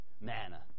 Manna